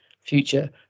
future